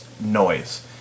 noise